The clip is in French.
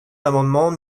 l’amendement